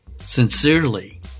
sincerely